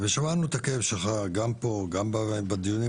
שמענו את הכאב שלך גם פה וגם בדיונים